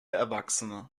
erwachsene